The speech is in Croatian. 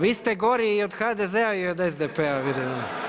Vi ste gori i od HDZ-a i od SDP-a vidim.